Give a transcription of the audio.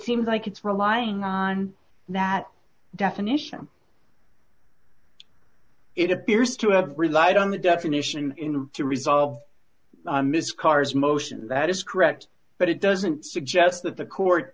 seems like it's relying on that definition it appears to have relied on the definition to resolve miss carr's motion that is correct but it doesn't suggest that the court